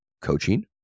coaching